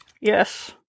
Yes